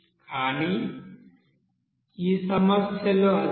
కానీ ఈ సమస్యలో అది లేదు